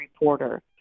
reporter